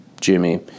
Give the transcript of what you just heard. Jimmy